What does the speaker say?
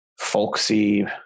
folksy